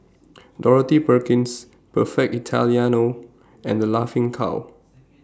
Dorothy Perkins Perfect Italiano and The Laughing Cow